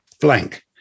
blank